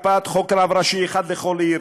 הקפאת חוק רב ראשי אחד לכל עיר,